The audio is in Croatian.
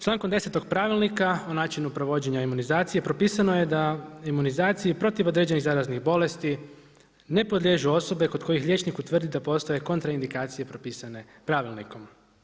Člankom 10. pravilnika, o načinu provođenju imunizacije, propisano je da imunizacijom protiv određenih zaraznih bolesti ne podliježu osobe kod kojih liječnik utvrdi da postoje kontra indikacije propisane pravilnikom.